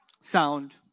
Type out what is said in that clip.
Sound